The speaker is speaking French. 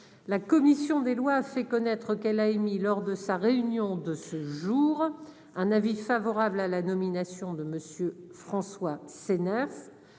la commission des lois a fait connaître qu'elle a émis lors de sa réunion de ce jour, un avis favorable à la nomination de Monsieur François ces